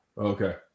Okay